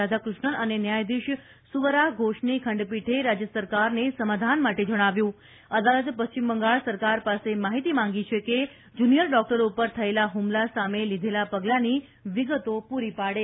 રાધાકૃષ્ણન અને ન્યાયાધીશ સુવરા ઘોષની ખંડપીઠે રાજ્ય સરકારને સમાધાન માટે જણાવ્યું અદાલત પશ્ચિમ બંગાળ સરકાર પાસે માહિતી માંગી છે કે જુનિયર ડોકટરો પર થયેલા હુમલા સામે લીધેલા પગલાંની વિગતો પૂરી પાડે